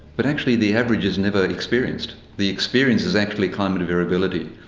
but actually the average is never experienced. the experience is actually climate variability.